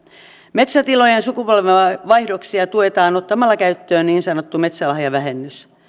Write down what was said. metsätilojen sukupolvenvaihdoksia tuetaan ottamalla käyttöön niin sanottu metsälahjavähennys